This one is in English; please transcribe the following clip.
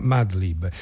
Madlib